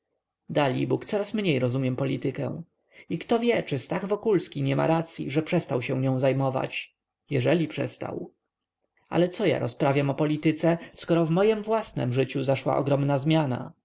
rozbójnikami dalibóg coraz mniej rozumiem politykę i kto wie czy stach wokulski nie ma racyi że przestał się nią zajmować jeżeli przestał ale co ja rozprawiam o polityce skoro w mojem własnem życiu zaszła ogromna zmiana